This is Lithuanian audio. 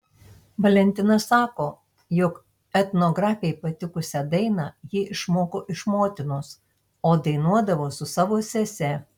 valentina sako jog etnografei patikusią dainą ji išmoko iš motinos o dainuodavo su savo sese